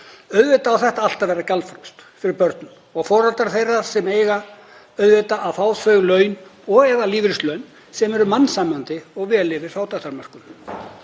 Auðvitað á þetta allt að vera gjaldfrjálst fyrir börnin og foreldra þeirra sem eiga auðvitað að fá þau laun og/eða lífeyrislaun sem eru mannsæmandi og vel yfir fátæktarmörkum.